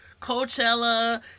Coachella